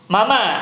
Mama